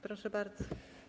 Proszę bardzo.